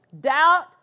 Doubt